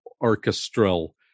orchestral